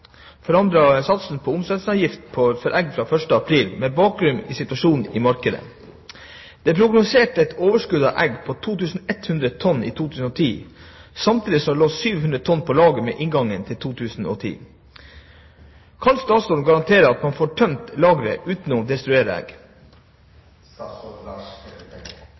forandret satsen på omsetningsavgift for egg fra 1. april med bakgrunn i situasjonen i markedet. Det er prognosert med et overskudd av egg på 2 100 tonn i 2010, samtidig som det lå 700 tonn på lager ved inngangen til 2010. Kan statsråden garantere at man får tømt